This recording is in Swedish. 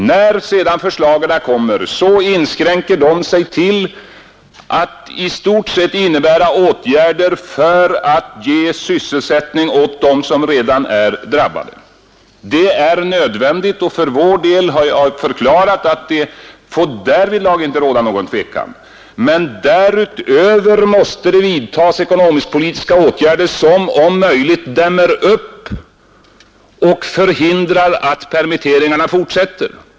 När sedan regeringsförslagen kommer inskränker de sig till att i stort sett innebära åtgärder för att ge sysselsättning åt dem som redan är drabbade. Det är nödvändigt, och jag har förklarat att det därvidlag inte får råda någon tvekan. Men därutöver måste det vidtas ekonomiskpolitiska åtgärder som om möjligt dämmer upp arbetslösheten och förhindrar att permitteringarna fortsätter.